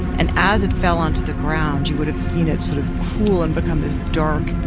and as it fell onto the ground, you would have seen it sort of cool and become this dark,